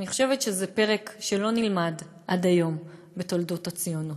ואני חושבת שזה פרק שלא נלמד עד היום בתולדות הציונות.